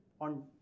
on